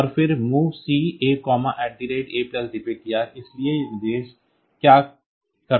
और फिर MOVC A ADPTR इसलिए यह निर्देश क्या करता है